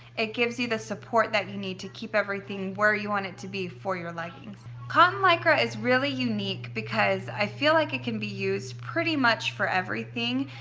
it gives you the support that you need to keep everything where you want it to be for your leggings cotton lycra is really unique because i feel like it can be used pretty much for everything.